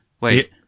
Wait